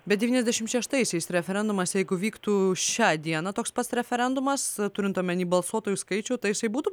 bet devyniasdešimt šeštaisiais referendumas jeigu vyktų šią dieną toks pats referendumas turint omenyje balsuotojų skaičių tai jisai būtų